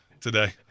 today